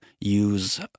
use